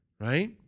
right